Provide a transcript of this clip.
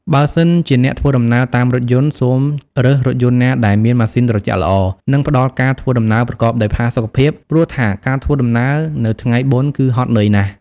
បើសិនជាអ្នកធ្វើដំណើរតាមរថយន្ត សូមរើសរថយន្តណាដែលមានម៉ាស៊ីនត្រជាក់ល្អនិងផ្ដល់ការធ្វើដំណើរប្រកបដោយផាសុកភាព ព្រោះថាការធ្វើដំណើរនៅថ្ងៃបុណ្យគឺហត់នឿយណាស់។